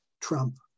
Trump